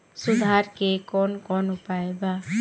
सुधार के कौन कौन उपाय वा?